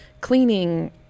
cleaning